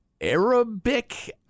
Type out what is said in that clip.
Arabic